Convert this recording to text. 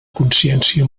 consciència